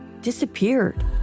disappeared